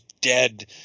dead